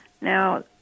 Now